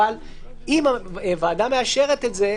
אבל אם הוועדה מאשרת את זה,